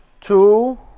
two